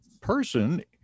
person